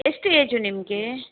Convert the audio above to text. ಎಷ್ಟು ಏಜು ನಿಮಗೆ